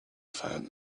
found